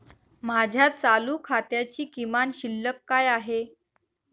माझ्या चालू खात्याची किमान शिल्लक काय आहे?